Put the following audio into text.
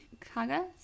kaga